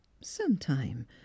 sometime